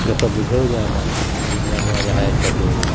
ᱡᱚᱛᱚ ᱵᱩᱡᱷᱟᱹᱣ ᱧᱟᱢᱟᱭ ᱩᱱᱤ ᱢᱟᱱᱣᱟ ᱡᱟᱦᱟᱭᱮ ᱪᱟᱹᱞᱩᱭᱟ